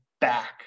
back